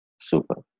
Super